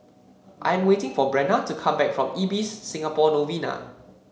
I am waiting for Brenna to come back from Ibis Singapore Novena